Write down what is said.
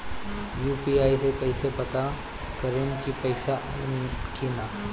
UPI से कईसे पता करेम की पैसा आइल की ना?